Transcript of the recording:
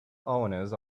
owners